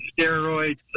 steroids